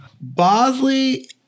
Bosley